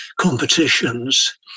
competitions